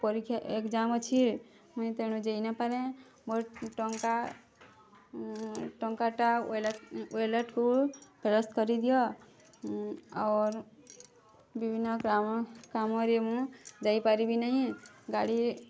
ପରୀକ୍ଷା ଏଗଜାମ୍ ଅଛି ମୁଁଇଁ ତେଣୁ ଯାଇନପାରେ ମୋର୍ ଟଙ୍କା ଟଙ୍କାଟା ୱାଲେଟ୍ ୱାଲେଟ୍କୁ ଫେରସ୍ତ କରିଦିଅ ଅର୍ ବିଭିନ୍ନ କାମ କାମରେ ମୁଁ ଯାଇପାରିବି ନେହିଁ ଗାଡ଼ି